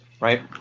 right